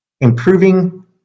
Improving